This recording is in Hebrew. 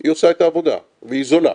היא עושה את העבודה והיא זולה.